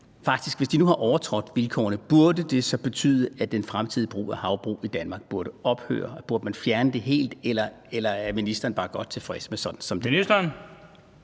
ud til, har overtrådt betingelserne – burde betyde, at den fremtidige brug af havbrug i Danmark burde ophøre? Burde man fjerne det helt, eller er ministeren bare godt tilfreds med det,